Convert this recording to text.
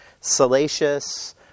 salacious